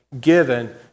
given